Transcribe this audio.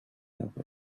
help